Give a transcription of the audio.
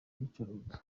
iyicarubozo